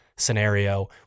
scenario